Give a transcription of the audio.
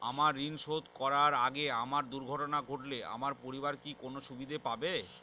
আমার ঋণ শোধ করার আগে আমার দুর্ঘটনা ঘটলে আমার পরিবার কি কোনো সুবিধে পাবে?